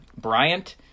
Bryant